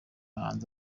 hanze